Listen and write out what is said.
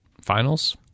Finals